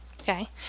Okay